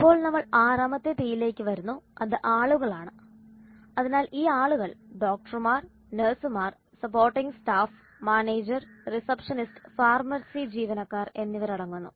അപ്പോൾ നമ്മൾ ആറാമത്തെ പിയിലേക്ക് വരുന്നു അത് ആളുകളാണ് അതിനാൽ ഈ ആളുകൾ ഡോക്ടർമാർ നഴ്സുമാർ supporting staff manager receptionist pharmacy ജീവനക്കാർ എന്നിവരടങ്ങുന്നു